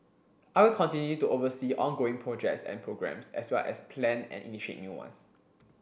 I will continue to oversee ongoing projects and programmes as well as plan and initiate new ones